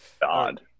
God